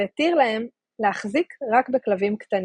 והתיר להם להחזיק רק בכלבים קטנים.